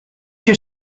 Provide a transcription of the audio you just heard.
your